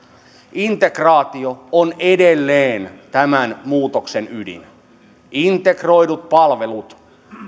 integraatio on edelleen tämän muutoksen ydin integroidut palvelut